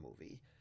movie